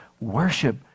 Worship